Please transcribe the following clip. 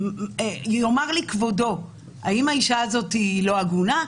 יאמר לי כבודו, האם האישה הזו לא עגונה?